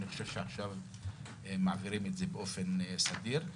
ואני חושב שעכשיו הם מעבירים את זה באופן סדיר.